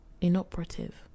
inoperative